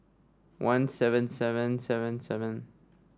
one seven seven seven seven